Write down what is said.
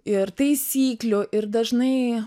ir taisyklių ir dažnai